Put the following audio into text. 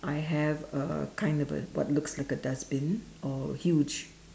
I have a kind of a what looks like a dustbin or huge